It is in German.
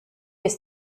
ist